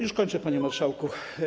Już kończę, panie marszałku.